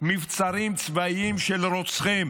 למבצרים צבאיים של רוצחים.